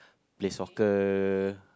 play soccer